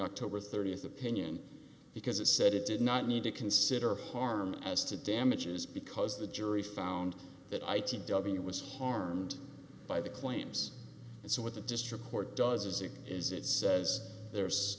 october th opinion because it said it did not need to consider harm as to damages because the jury found that i t w was harmed by the claims and so what the district court does is it is it says there's